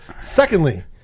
secondly